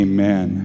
Amen